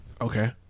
Okay